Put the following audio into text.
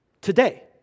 today